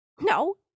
No